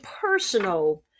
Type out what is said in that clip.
personal